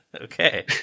Okay